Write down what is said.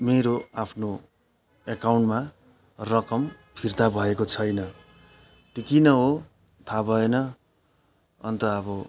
मेरो आफ्नो एकाउन्टमा रकम फिर्ता भएको छैन त्यो किन हो थाहा भएन अन्त अब